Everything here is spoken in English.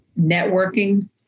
networking